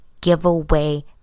giveaway